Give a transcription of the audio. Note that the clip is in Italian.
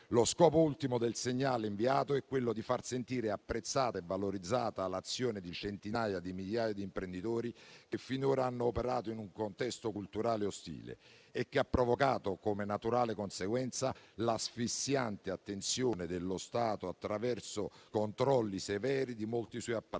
Lo scopo ultimo del segnale inviato è quello di far sentire apprezzata e valorizzata l'azione di centinaia di migliaia di imprenditori che finora hanno operato in un contesto culturale ostile e che ha provocato, come naturale conseguenza, l'asfissiante attenzione dello Stato attraverso controlli severi di molti suoi apparati;